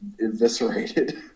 eviscerated